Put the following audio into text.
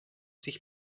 sich